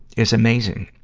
is amazing,